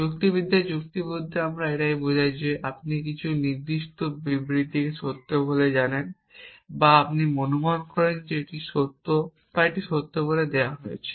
এবং যুক্তিবিদ্যায় যুক্তি বলতে আমরা এটাই বুঝি যে আপনি যদি কিছু নির্দিষ্ট বিবৃতিকে সত্য বলে জানেন বা আপনি অনুমান করেন যে এটি সত্য বা সত্য বলে দেওয়া হয়েছে